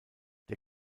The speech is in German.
der